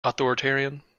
authoritarian